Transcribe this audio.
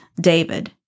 David